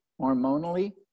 hormonally